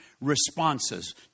responses